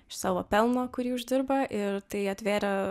iš savo pelno kurį uždirba ir tai atvėrė